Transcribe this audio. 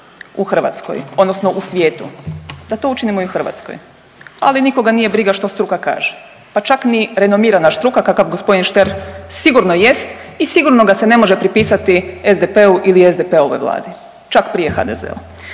u Hrvatskoj odnosno u svijetu, da to učinimo i u Hrvatskoj, ali nikoga nije briga što struka kaže, pa čak ni renomirana struka kakav g. Štern sigurno jest i sigurno ga se ne može pripisati SDP-u ili SDP-ovoj Vladi, čak prije HDZ-u.